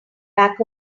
back